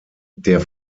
der